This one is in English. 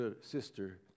sister